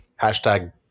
Hashtag